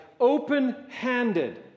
open-handed